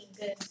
good